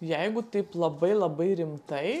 jeigu taip labai labai rimtai